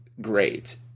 great